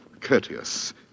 courteous